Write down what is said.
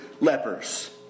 Lepers